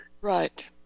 Right